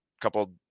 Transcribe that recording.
couple